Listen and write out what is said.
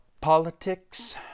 politics